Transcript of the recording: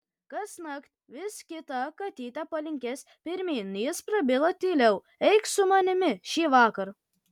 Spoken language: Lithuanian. kasnakt vis kita katytė palinkęs pirmyn jis prabilo tyliau eikš su manimi šįvakar